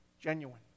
genuine